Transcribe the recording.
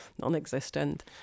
non-existent